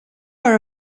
are